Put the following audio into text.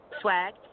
Swag